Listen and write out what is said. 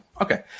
okay